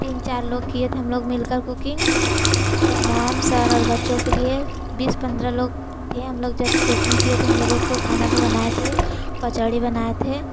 तीन चार लोग किए थे हम लोग मिलकर कूकिंग पर मैम सर और बच्चों के लिए बीस पंद्रह लोग थे हम लोग जब कूकिंग किए थे उन लोगो को खाना बनाए थे कचौड़ी बनाए थे